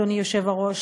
אדוני היושב-ראש,